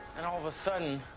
and all of a sudden,